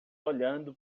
olhando